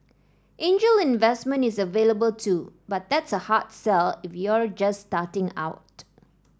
angel investment is available too but that's a hard sell if you're just starting out